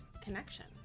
connection